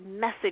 message